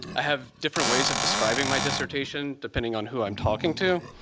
i have different ways of describing my dissertation depending on who i'm talking to.